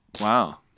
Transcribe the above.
Wow